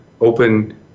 open